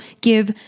give